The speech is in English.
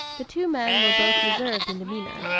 the two men were both reserved in demeanor,